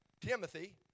Timothy